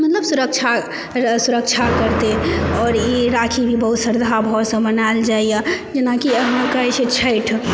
मतलब सुरक्षा सुरक्षा करतै आओर ई राखी भी बहुत श्रद्धा भावसँ मनाओल जाइए जेनाकि अहाँकेँ जे छै छठि